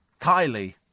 Kylie